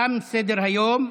תם סדר-היום.